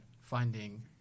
finding